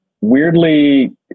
weirdly